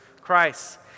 Christ